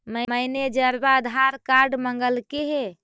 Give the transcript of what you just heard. मैनेजरवा आधार कार्ड मगलके हे?